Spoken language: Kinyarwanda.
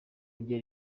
rye